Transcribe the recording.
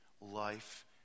life